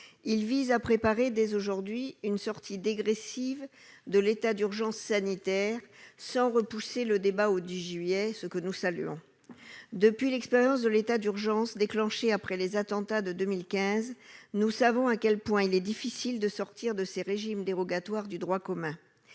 Il vise à préparer dès aujourd'hui une sortie dégressive de l'état d'urgence sanitaire sans repousser le débat au 10 juillet, ce que nous saluons. Depuis l'expérience de l'état d'urgence déclenché après les attentats de 2015, nous savons à quel point il est difficile de sortir de ces régimes dérogatoires du droit commun.